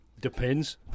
Depends